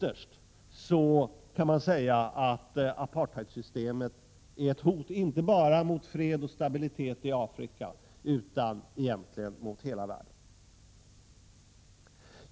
Man kan säga att apartheidsystemet ytterst är ett hot inte bara mot fred och stabilitet i Afrika utan mot hela världen.